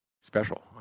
special